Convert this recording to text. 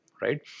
right